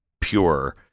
pure